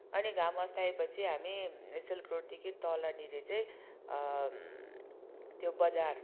अनि घाम अस्ताए पछि हामी सिल्क रुटदेखि तलनिर चाहिँ त्यो बजार